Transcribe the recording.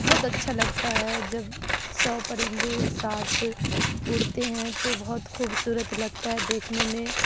بہت اچھا لگتا ہے جب سو پرندے ایک ساتھ اڑتے ہیں تو بہت خوبصورت لگتا ہے دیکھنے میں